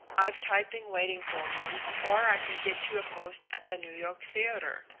i've typing waiting for you, or i can get you a post at the new york theatre.